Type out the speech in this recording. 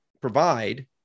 provide